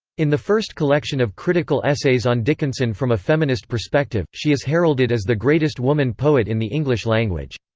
in the first collection of critical essays on dickinson from a feminist perspective, she is heralded as the greatest woman poet in the english language.